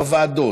בוועדות,